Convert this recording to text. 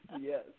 yes